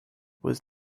was